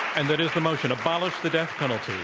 and that is the motion, abolish the death penalty.